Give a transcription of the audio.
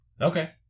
Okay